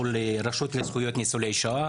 מול הרשות לזכויות ניצולי השואה.